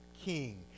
king